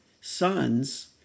sons